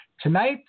Tonight